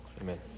Amen